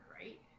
right